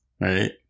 right